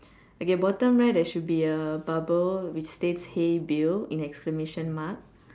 okay bottom right there should be a bubble which states hey Bill in exclamation mark